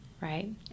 Right